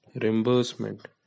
Reimbursement